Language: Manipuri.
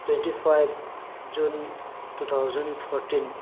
twenty five June two thousand fourteen